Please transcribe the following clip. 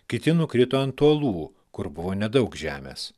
kiti nukrito ant uolų kur buvo nedaug žemės